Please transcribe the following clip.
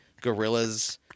gorillas